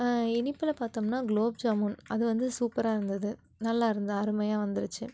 இனிப்பில் பார்த்தோம்னா குலோப் ஜாமூன் அது வந்து சூப்பராகருந்தது நல்லாயிருந்தது அருமையாக வந்திருச்சு